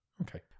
Okay